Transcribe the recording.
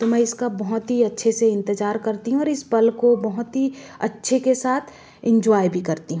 तो मैं इसका बहुत ही अच्छे से इंतजार करती हूँ और इस पल को बहुत ही अच्छे के साथ एन्जॉय भी करती हूँ